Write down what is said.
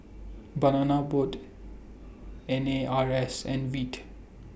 Banana Boat N A R S and Veet